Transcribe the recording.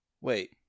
Wait